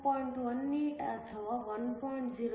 18 ಅಥವಾ 1